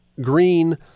Green